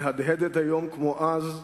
מהדהדת היום כמו אז.